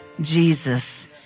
Jesus